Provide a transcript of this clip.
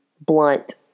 blunt